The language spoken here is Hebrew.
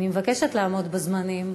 אני מבקשת לעמוד בזמנים,